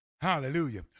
hallelujah